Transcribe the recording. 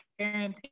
parenting